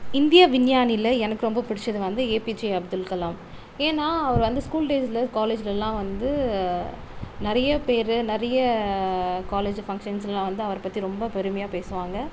இந்திய விஞ்ஞானியில் எனக்கு ரொம்ப பிடிச்சது வந்து ஏபிஜே அப்துல் கலாம் ஏன்னால் அவரு வந்து ஸ்கூல் டேஸ்ஸில் காலேஜ்லலாம் வந்து நிறைய பேரு நெறைய காலேஜ் ஃபன்க்ஷன்ஸ்லாம் வந்து அவரை பற்றி ரொம்ப பெருமையாக பேசுவாங்க